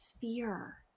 fear